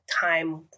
time